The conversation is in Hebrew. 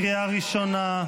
קריאה ראשונה.